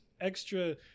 extra